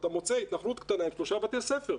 אתה מוצא התנחלות קטנה עם שלושה בתי ספר.